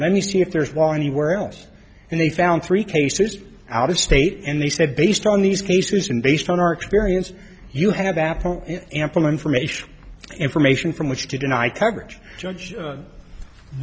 let me see if there's one anywhere else and they found three cases out of state and they said based on these cases and based on our experience you have apple ample information information from which to deny coverage judge